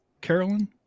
Carolyn